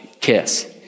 kiss